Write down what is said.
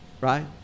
right